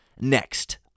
next